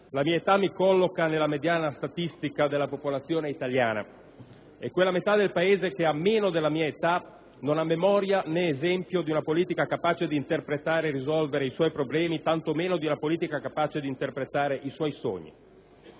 La mia età mi colloca nella mediana statistica della popolazione italiana. E quella metà del Paese che ha meno della mia età non ha memoria, né esempio di una politica capace di interpretare e risolvere i suoi problemi, tanto meno di una politica capace di interpretare i suoi sogni.